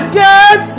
get